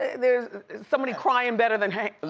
there's somebody crying better than her.